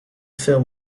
film